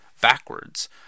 backwards